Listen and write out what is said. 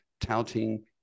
touting